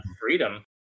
freedom